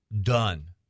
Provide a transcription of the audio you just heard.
done